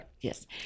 yes